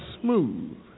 smooth